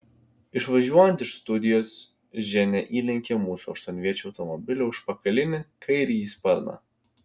išvažiuojant iš studijos ženia įlenkė mūsų aštuonviečio automobilio užpakalinį kairįjį sparną